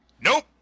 Nope